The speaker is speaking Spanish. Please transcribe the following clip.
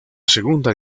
segunda